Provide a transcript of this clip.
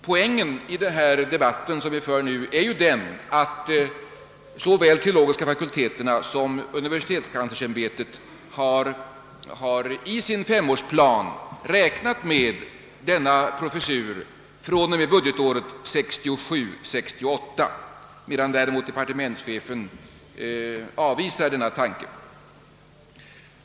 Poängen i den debatt vi nu för är den, att såväl de teologiska fakulteterna som universitetskanslersämbetet i sin femårsplan räknat med denna professur från och med budgetåret 1967/68, medan däremot departementschefen avvisar denna tanke.